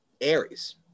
Aries